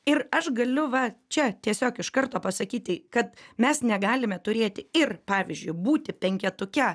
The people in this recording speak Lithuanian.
ir aš galiu va čia tiesiog iš karto pasakyti kad mes negalime turėti ir pavyzdžiui būti penketuke